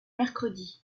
mercredi